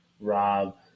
Rob